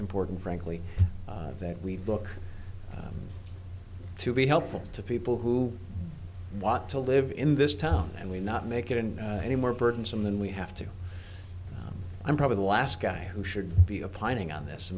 important frankly that we look to be helpful to people who want to live in this town and we not make it in any more burdensome than we have to i'm probably the last guy who should be a planning on this i